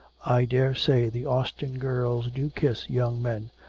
i daresay the austin girls do kiss young men,